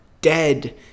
Dead